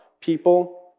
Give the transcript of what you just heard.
people